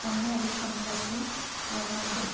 वर्णमपि सम्यगस्ति दृ